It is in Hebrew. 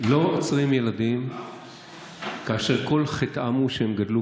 לא עוצרים ילדים כאשר כל חטאם הוא שהם גדלו